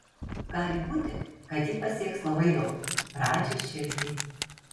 gali būti kad ji pasieks labai daug radži širdį